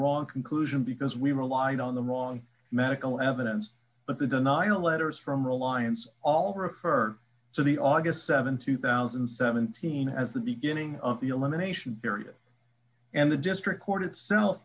wrong conclusion because we relied on the wrong medical evidence but the denial letters from reliance all refer to the august th two thousand and seventeen as the beginning of the elimination period and the district court itself